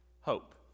hope